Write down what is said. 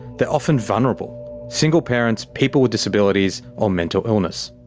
they're often vulnerable single parents, people with disabilities, or mental illness.